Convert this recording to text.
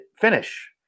finish